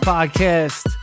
Podcast